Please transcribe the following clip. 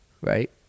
Right